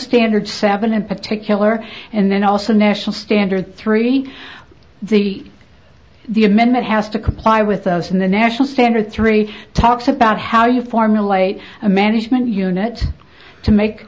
standards seven in particular and also national standard three the the amendment has to comply with us in the national standard three talks about how you formulate a management unit to make